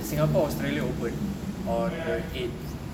singapore australia open on the eighth